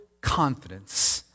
confidence